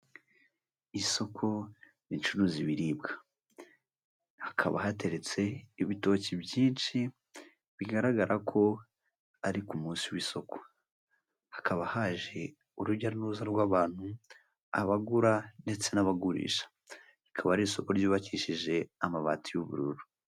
Isoko ricuruza ibiribwa, hakaba hateretse ibitoki byinshi bigaragara ko ari ku munsi w'isoko, hakaba haje urujya n'uruza rw'abantu abagura ndetse n'abagurisha rikaba ari isoko ryubakishije amabati y'ubururu.